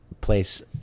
place